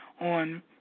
on